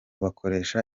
bakoresha